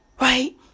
Right